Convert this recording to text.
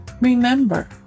Remember